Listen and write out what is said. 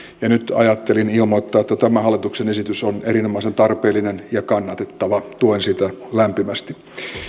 ja nyt ajattelin ilmoittaa että tämä hallituksen esitys on erinomaisen tarpeellinen ja kannatettava tuen sitä lämpimästi